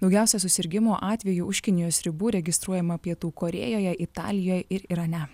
daugiausia susirgimo atvejų už kinijos ribų registruojama pietų korėjoje italijoj ir irane